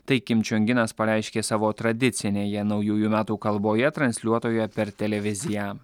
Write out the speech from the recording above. tai kimčiunginas pareiškė savo tradicinėje naujųjų metų kalboje transliuotoje per televiziją